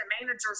managers